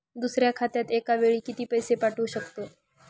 दुसऱ्या खात्यात एका वेळी किती पैसे पाठवू शकतो?